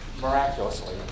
miraculously